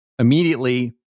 immediately